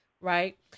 right